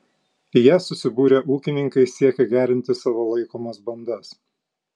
į ją susibūrę ūkininkai siekia gerinti savo laikomas bandas